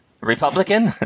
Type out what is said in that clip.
Republican